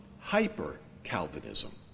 hyper-Calvinism